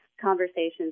conversations